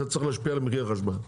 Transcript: זה צריך להשפיע על מחיר החשמל.